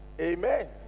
amen